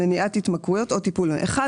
מניעת התמכרויות או בטיפול בהן," אז אחד מהם.